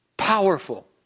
powerful